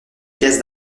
pièces